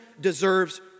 deserves